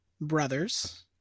brothers